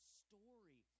story